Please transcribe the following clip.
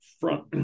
front